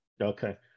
Okay